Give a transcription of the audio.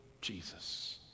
Jesus